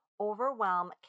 overwhelm